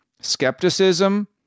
skepticism